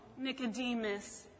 Nicodemus